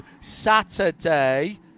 saturday